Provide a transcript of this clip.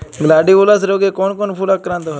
Gladiolus রোগে কোন কোন ফুল আক্রান্ত হয়?